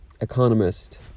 economist